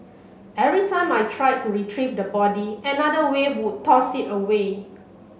every time I tried to retrieve the body another wave would toss it away